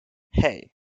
hey